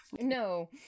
No